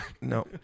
No